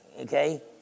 Okay